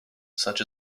such